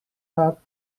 hop